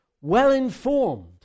Well-informed